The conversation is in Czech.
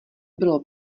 bylo